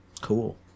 Cool